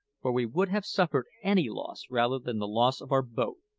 for we would have suffered any loss rather than the loss of our boat.